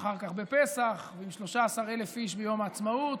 ואחר כך בפסח, ועם 13,000 איש ביום העצמאות.